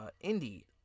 Indy